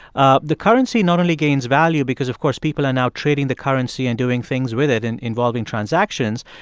ah the currency not only gains value because, of course, people are now trading the currency and doing things with it and involving transactions,